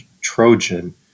Trojan